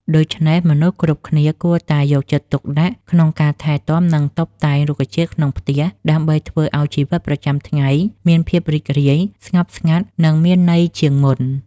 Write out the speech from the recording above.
ដូច្នេះ មនុស្សគ្រប់គ្នាគួរតែយកចិត្តទុកដាក់ក្នុងការថែទាំ និងតុបតែងរុក្ខជាតិក្នុងផ្ទះ ដើម្បីធ្វើឲ្យជីវិតប្រចាំថ្ងៃមានភាពរីករាយ ស្ងប់ស្ងាត់ និងមានន័យជាងមុន។